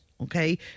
okay